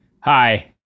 Hi